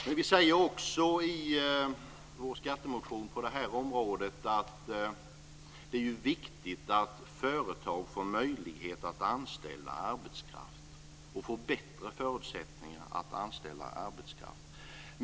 Men vi säger också i vår skattemotion på det här området att det är viktigt att företag får bättre förutsättningar att anställa arbetskraft.